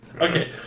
Okay